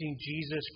Jesus